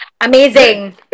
Amazing